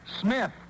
Smith